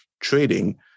trading